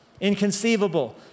Inconceivable